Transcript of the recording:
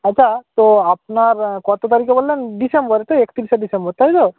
আচ্ছা তো আপনার কত তারিখে বললেন ডিসেম্বরে তো একত্রিশে ডিসেম্বর তাই তো